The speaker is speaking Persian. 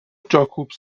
جاکوب